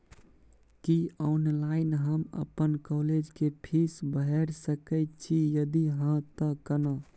की online हम अपन college के फीस भैर सके छि यदि हाँ त केना?